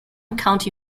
county